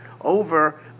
over